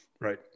Right